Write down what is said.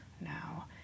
now